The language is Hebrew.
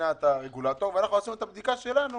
מבחינת הרגולטור ואנחנו עשינו את הבדיקה שלנו